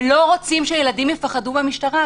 ולא רוצים שהילדים יפחדו מהמשטרה.